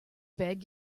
beg